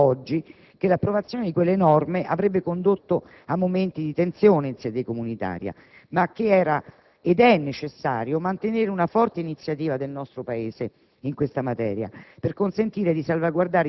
Eravamo consapevoli allora e lo siamo ancora oggi che l'approvazione di quelle norme avrebbe condotto a momenti di tensione in sede comunitaria, ma che era ed è necessario mantenere una forte iniziativa del nostro Paese